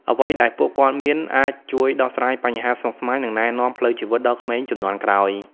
អ្វីដែលពួកគាត់មានអាចជួយដោះស្រាយបញ្ហាស្មុគស្មាញ និងណែនាំផ្លូវជីវិតដល់ក្មេងជំនាន់ក្រោយ។